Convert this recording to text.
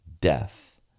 death